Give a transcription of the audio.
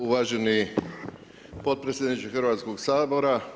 Uvaženi potpredsjedniče Hrvatskog sabora.